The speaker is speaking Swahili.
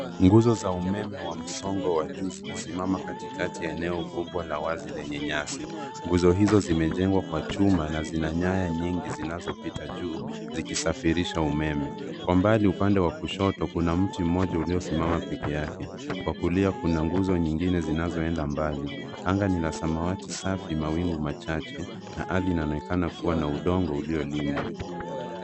Nguzo za umeme za msongo wa juu zikisimama katikati ya eneo kubwa la wazi lenye nyasi. Nguzo hizo zimejengwa kwa chuma na zina nyaya nyingi zinazopita juu zikisafirisha umeme. Kwa mbali upande wa kushoto kuna mti mmoja uliosimama peke yake. Kwa kulia kuna nguzo nyingine zinazoenda mbali. Anga ni la samawati safi mawingu machache na ardhi inaonekana kuwa na udongo uliolimwa.